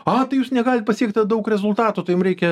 a tai jūs negalit pasiekti daug rezultatų tai jum reikia